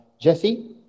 Jesse